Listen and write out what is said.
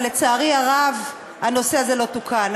אבל, לצערי הרב, הנושא הזה לא תוקן.